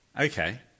Okay